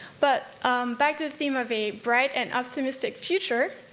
but back to the theme of a bright and optimistic future.